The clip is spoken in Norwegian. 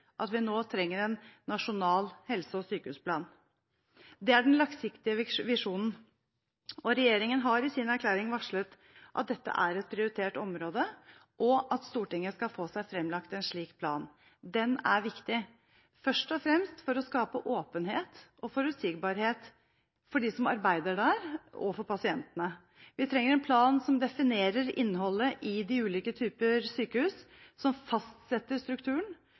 at vi nå trenger en nasjonal helse- og sykehusplan. Det er den langsiktige visjonen. Regjeringen har i sin erklæring varslet at dette er et prioritert område, og at Stortinget skal få seg forelagt en slik plan. Den er viktig først og fremst for å skape åpenhet og forutsigbarhet for dem som arbeider der, og for pasientene. Vi trenger en plan som definerer innholdet i ulike typer sykehus, som fastsetter strukturen,